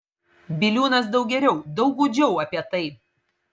biliūnas daug geriau daug gūdžiau apie tai